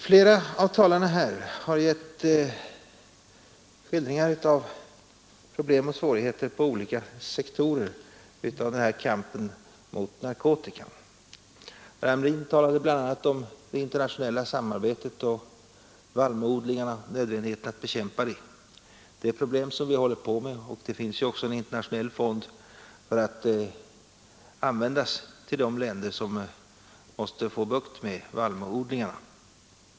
Flera av talarna här har gett skildringar av problem och svårigheter på olika sektorer av den här kampen mot narkotika. Herr Hamrin talade bl.a. om det internationella samarbetet och nödvändigheten att bekämpa vallmoodlingarna. Det är ett problem som vi arbetar med, och det finns också en internationell fond avsedd att användas i de länder som måste få bukt med vallmoodlingarna.